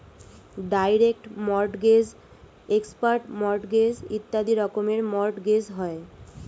direct mortgage, expert mortgage ইত্যাদি রকমের mortgage হয়